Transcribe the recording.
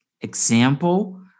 example